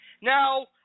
now